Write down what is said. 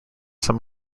some